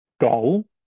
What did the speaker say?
goal